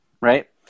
right